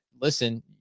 listen